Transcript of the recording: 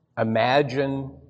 imagine